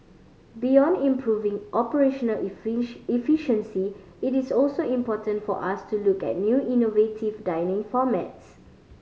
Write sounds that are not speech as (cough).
beyond improving operational (unintelligible) efficiency it is also important for us to look at new innovative dining formats